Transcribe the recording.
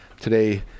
Today